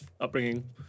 upbringing